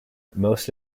most